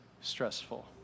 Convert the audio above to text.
stressful